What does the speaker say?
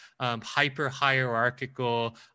hyper-hierarchical